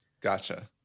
Gotcha